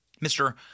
Mr